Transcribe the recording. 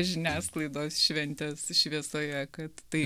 žiniasklaidos šventės šviesoje kad tai